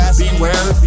beware